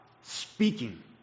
Speaking